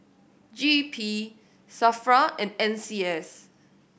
G E P SAFRA and N C S